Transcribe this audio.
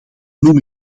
noem